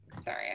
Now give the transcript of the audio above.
sorry